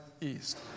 east